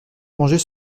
ranger